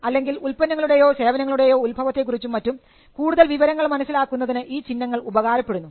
അല്ലെങ്കിൽ ഉൽപ്പന്നങ്ങളുടെയോ സേവനങ്ങളുടെയോ ഉത്ഭവത്തെക്കുറിച്ചും മറ്റും കൂടുതൽ വിവരങ്ങൾ മനസ്സിലാക്കുന്നതിന് ഈ ചിഹ്നങ്ങൾ ഉപകാരപ്പെടുന്നു